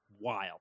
wild